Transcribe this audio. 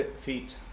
feet